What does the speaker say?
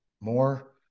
more